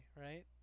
right